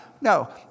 no